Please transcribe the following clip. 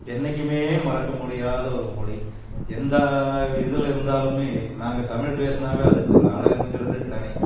என்னைக்குமே மறக்க முடியாத ஒரு மொழி எந்த இதில் இருந்தாலுமே நாங்கள் தமிழ் பேசுனாவே அதுக்கொரு அழகுங்கிறது தனி